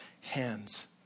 hands